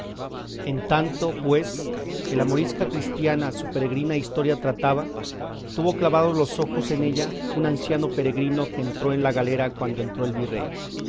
en tanto pues que la morisca cristiana su peregrina historia trataba tuvo clavados los ojos en ella un anciano peregrino que entró en la galera cuando entró el virrey